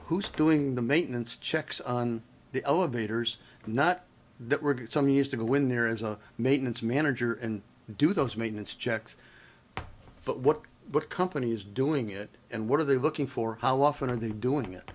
who's doing the maintenance checks on the elevators not that we're get some used to when there is a maintenance manager and do those maintenance checks but what but companies doing it and what are they looking for how often are they doing it